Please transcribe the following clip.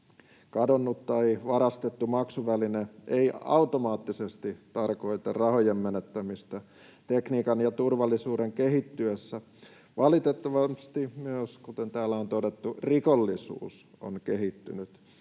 Kadonnut tai varastettu maksuväline ei automaattisesti tarkoita rahojen menettämistä tekniikan ja turvallisuuden kehittyessä. Valitettavasti, kuten täällä on todettu, myös rikollisuus on kehittynyt.